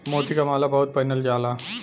मोती क माला बहुत पहिनल जाला